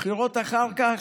בבחירות אחר כך,